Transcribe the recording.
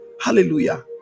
hallelujah